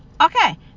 Okay